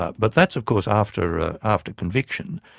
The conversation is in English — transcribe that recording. ah but that's of course after ah after conviction,